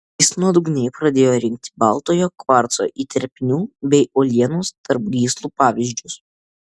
jis nuodugniai pradėjo rinkti baltojo kvarco įterpinių bei uolienos tarp gyslų pavyzdžius